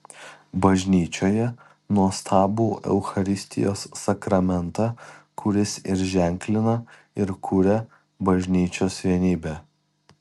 bažnyčioje nuostabų eucharistijos sakramentą kuris ir ženklina ir kuria bažnyčios vienybę